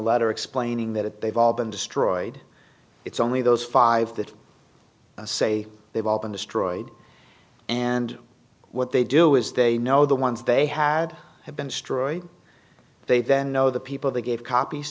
letter explaining that they've all been destroyed it's only those five that say they've all been destroyed and what they do is they know the ones they had have been destroyed they then know the people they gave copies